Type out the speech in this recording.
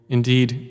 Indeed